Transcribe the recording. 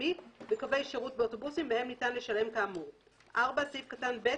בדרכים."; אחרי סעיף קטן (א) יבוא: "(א1) על אף הוראת סעיף קטן (א),